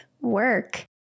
work